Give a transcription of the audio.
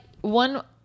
one